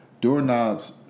doorknobs